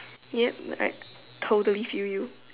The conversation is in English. yup I totally feel you